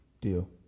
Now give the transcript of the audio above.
Deal